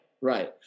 right